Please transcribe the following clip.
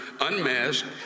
unmasked